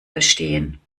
verstehen